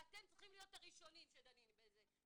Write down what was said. ואתם צריכים להיות הראשונים שדנים בזה,